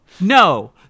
no